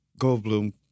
Goldblum